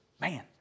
Man